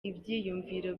ibyiyumviro